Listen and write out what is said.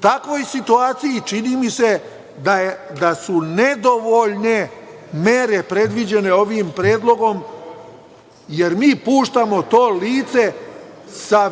takvoj situaciji čini mi se da su nedovoljne mere predviđene ovim predlogom, jer mi puštamo to lice sa